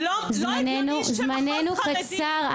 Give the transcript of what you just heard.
אני מבינה את הבעיה.) לא הגיוני שמחוז חרדי בכל